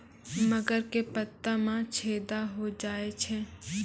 मकर के पत्ता मां छेदा हो जाए छै?